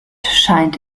scheint